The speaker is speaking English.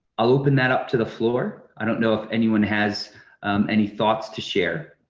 i'll open that up to the floor. i don't know if anyone has any thoughts to share.